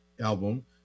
album